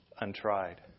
untried